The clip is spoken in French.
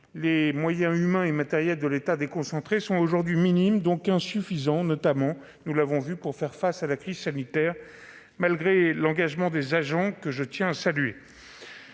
les moyens humains et matériels de l'État déconcentré sont aujourd'hui minimes, donc insuffisants, notamment- nous l'avons vu -pour faire face à la crise sanitaire, et ce malgré l'engagement des agents, que je tiens à saluer.